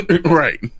Right